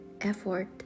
effort